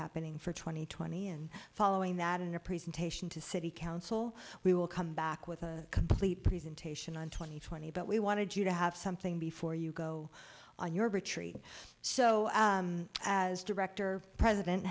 happening for two thousand and twenty and following that in a presentation to city council we will come back with a complete presentation on twenty twenty but we wanted you to have something before you go on your bigotry so as director president